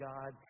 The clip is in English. God